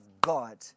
God